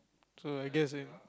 so I guess in